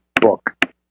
book